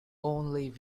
only